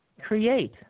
create